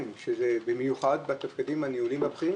וזה בעצם הדבר הכי נכון והכי טוב,